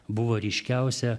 buvo ryškiausia